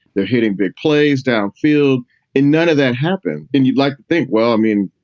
they're hitting big plays downfield and none of that happen. and you'd like to think, well, i mean,